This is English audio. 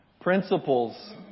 Principles